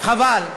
וחבל.